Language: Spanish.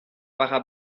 para